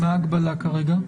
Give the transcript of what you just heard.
אני מתנצל.